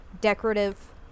decorative